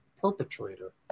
perpetrator